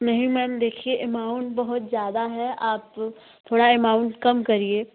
नहीं मैम देखिए एमाउंट बहुत ज़्यादा है आप थोड़ा एमाउंट कम करिए